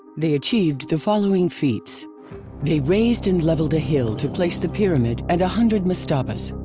they achieved the following feats they razed and leveled a hill to place the pyramid and a hundred mastabas.